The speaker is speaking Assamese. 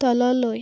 তললৈ